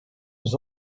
was